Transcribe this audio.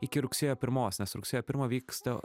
iki rugsėjo pirmos nes rugsėjo pirmą vyksta